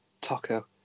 taco